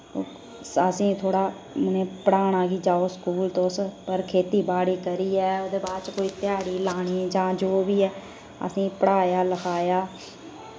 असें ई थोह्ड़ा उ'नें पढ़ाना कि जाओ स्कूल तुस पर खेती बाड़ी करियै उदे बाच कोई ध्याडी लानी जां जो बी ऐ असें ई पढ़ाया लखाया